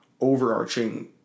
overarching